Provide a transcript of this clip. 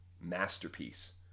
masterpiece